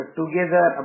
together